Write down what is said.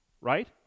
right